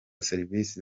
serivisi